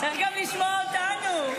צריך לשמוע גם אותנו.